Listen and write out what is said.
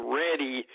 ready